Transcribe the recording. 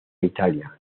italia